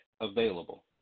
available